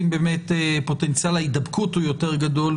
אם באמת פוטנציאל ההידבקות הוא יותר גדול,